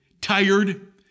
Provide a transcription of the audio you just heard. tired